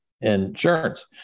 insurance